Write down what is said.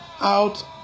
Out